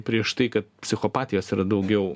prieš tai kad psichopatijos ir daugiau